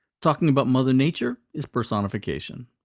talking about mother nature is personification.